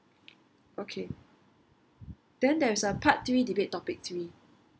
okay then there's a part three debate topic three